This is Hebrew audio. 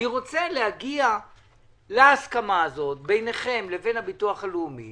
אני רוצה להגיע להסכמה הזאת ביניכם לבין הביטוח הלאומי